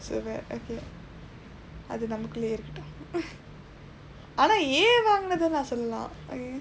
super okay அது நம்மக்குலே இருக்கட்டும் ஆனா:athu ellaam nammakkulee irukatdum aanaa A வாங்குனது சொல்லலாம்:vaangkunathu sollalaam